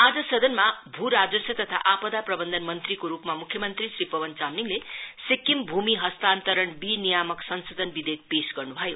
आज सदनमा भूराजस्व तथा आपदा प्रवन्ध मन्त्रीको रुपमा मुख्य मन्त्री श्री पवन चामसलिङले सिक्किम भूमि हस्तान्तरण विनियामक संशोधन विधेयक पेश गर्नु भयो